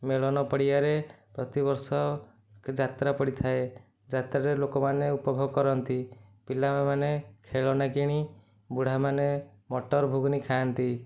ମେଳଣ ପଡ଼ିଆରେ ପ୍ରତି ବର୍ଷ ଯାତ୍ରା ପଡ଼ିଥାଏ ଯାତ୍ରାରେ ଲୋକମାନେ ଉପଭୋଗ କରନ୍ତି ପିଲାମାନେ ଖେଳଣା କିଣି ବୁଢ଼ାମାନେ ମଟର ଘୁଗୁନି ଖାଆନ୍ତି